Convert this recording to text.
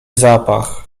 zapach